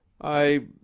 I